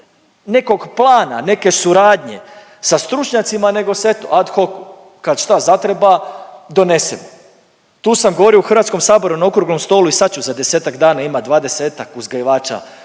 nekog plana, neke suradnje sa stručnjacima nego se eto ad hoc kad šta zatreba donesemo. Tu sam govorio u Hrvatskom saboru na okruglom stolu i sad ću za desetak dana imati 20-tak uzgajivača